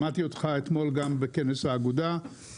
שמעתי אותך אתמול גם בכנס האגודה.